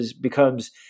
becomes